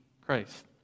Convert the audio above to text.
Christ